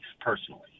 personally